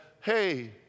hey